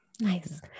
Nice